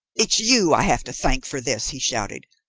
it's you i have to thank for this, he shouted.